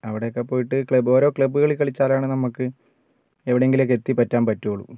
അവിടെയൊക്കെ പോയിട്ട് ക്ലബ്ബ് ഓരോ ക്ലബ്ബുകളിൽ കളിച്ചാലാണ് നമുക്ക് എവിടെയെങ്കിലുമൊക്കെ എത്തിപ്പറ്റാൻ പറ്റുള്ളൂ